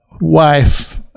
wife